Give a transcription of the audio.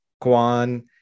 kwan